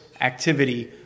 activity